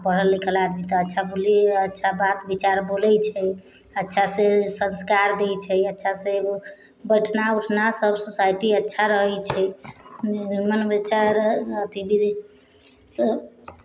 पढ़ल लिखल आदमी तऽ अच्छा बोली अच्छा बात विचार बोलै छै अच्छासँ संस्कार दै छै अच्छासँ बैठना उठना सब सोसाइटी अच्छा रहै छै मन विचार अथीसँ